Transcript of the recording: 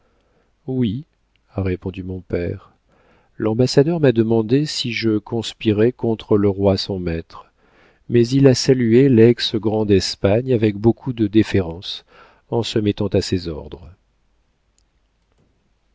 oui a répondu mon père l'ambassadeur m'a demandé si je conspirais contre le roi son maître mais il a salué lex grand d'espagne avec beaucoup de déférence en se mettant à ses ordres